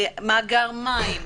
מאגר מים,